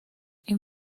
این